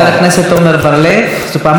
זו פעם הראשונה שככה,